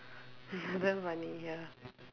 damn funny ya